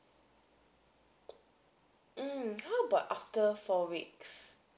mm how about after four weeks